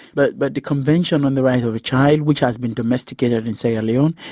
but but the convention on the rights of the child, which has been domesticated in sierra leone,